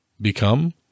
Become